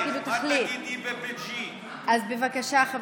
אז בבקשה.